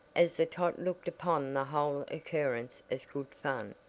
as the tot looked upon the whole occurrence as good fun,